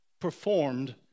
performed